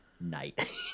night